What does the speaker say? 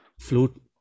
flute